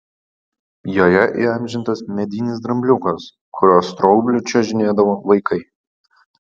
joje įamžintas medinis drambliukas kurio straubliu čiuožinėdavo vaikai